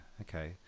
okay